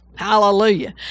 Hallelujah